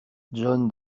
john